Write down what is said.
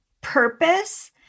purpose